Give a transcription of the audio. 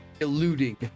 eluding